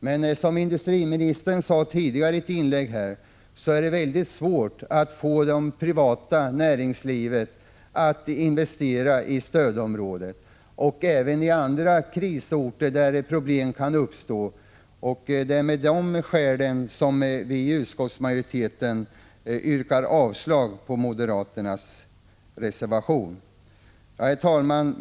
Men som industriministern sade i ett tidigare inlägg, är det svårt att få det privata näringslivet att investera i stödområdet och även i andra krisorter där problem kan uppstå. Det är av det skälet som utskottsmajoriteten avstyrker moderaternas reservation. Herr talman!